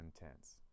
intense